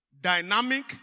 dynamic